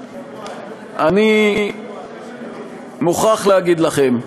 אני מוכרח להגיד לכם: